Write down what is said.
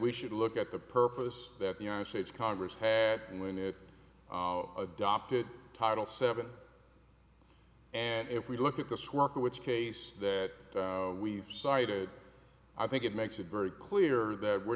we should look at the purpose that the united states congress had when it adopted title seven and if we look at this work which case that we've cited i think it makes it very clear that we're